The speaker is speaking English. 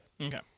Okay